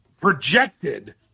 projected –